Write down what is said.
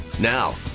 Now